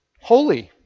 holy